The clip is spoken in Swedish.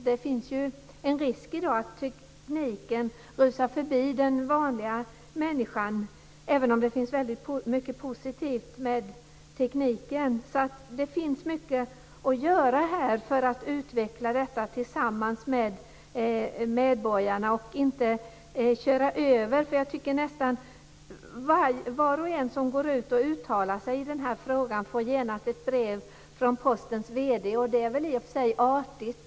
De finns ju i dag en risk att tekniken rusar förbi den vanliga människan - även om det också finns väldigt mycket positivt med tekniken. Det finns alltså mycket att göra här för att utveckla detta tillsammans med medborgarna i stället för att köra över dem. Jag tycker att nästan alla som uttalar sig i denna fråga genast får ett brev från Postens vd. Det är väl i och för sig artigt.